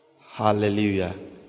Hallelujah